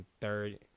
third